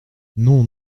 non